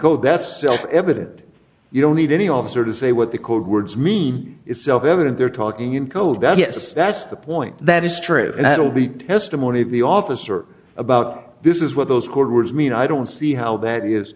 go that's self evident you don't need any officer to say what the code words mean it's self evident they're talking in code that yes that's the point that is true and it will be testimony of the officer about this is what those code words mean i don't see how that is